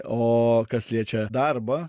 o kas liečia darbą